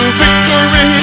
victory